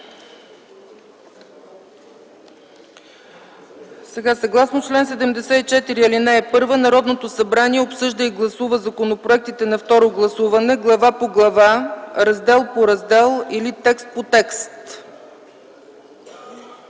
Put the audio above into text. Не. Съгласно чл. 74, ал. 1 Народното събрание обсъжда и гласува законопроектите на второ гласуване глава по глава, раздел по раздел или текст по текст.